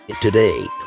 today